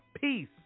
peace